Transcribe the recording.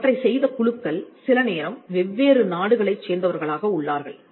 அவற்றை செய்த குழுக்கள் சில நேரம் வெவ்வேறு நாடுகளைச் சேர்ந்தவர்களாக உள்ளார்கள்